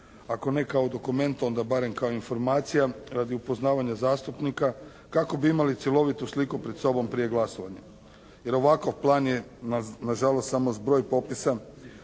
Ako ne kao dokument, onda barem kao informacija radi upoznavanja zastupnika kako bi imali cjelovitu sliku pred sobom prije glasovanja, jer ovakav plan je nažalost, samo zbroj popisa